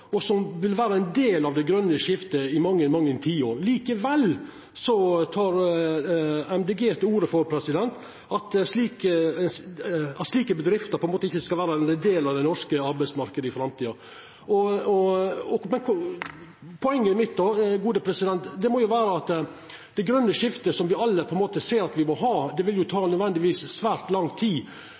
og som vil vera ein del av det grøne skiftet i mange, mange tiår. Likevel tek MDG til orde for at slike bedrifter ikkje skal vera ein del av den norske arbeidsmarknaden i framtida. Poenget mitt er at det grøne skiftet, som me alle ser at me må ha, nødvendigvis vil ta svært lang tid.